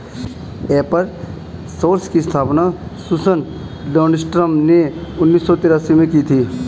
एपर सोर्स की स्थापना सुसान लिंडस्ट्रॉम ने उन्नीस सौ तेरासी में की थी